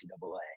NCAA